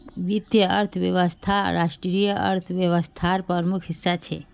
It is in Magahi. वीत्तिये अर्थवैवस्था राष्ट्रिय अर्थ्वैवास्थार प्रमुख हिस्सा छे